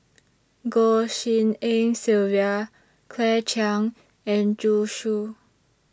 Goh Tshin En Sylvia Claire Chiang and Zhu Xu